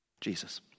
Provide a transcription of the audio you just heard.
Jesus